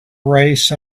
race